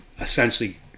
essentially